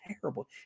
terrible